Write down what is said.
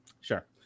Sure